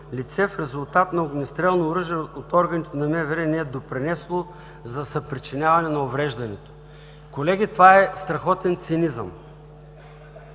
лице в резултат на огнестрелно оръжие от органите на МВР не е допринесло за съпричиняване на увреждането“? Колеги, това е страхотен цинизъм.